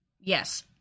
Yes